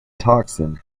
toxin